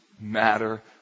matter